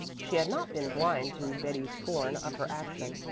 she had not been blind to betty's scorn of her action.